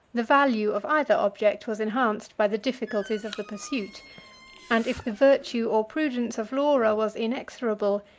the value of either object was enhanced by the difficulties of the pursuit and if the virtue or prudence of laura was inexorable,